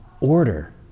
order